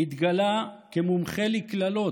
התגלה כמומחה לקללות,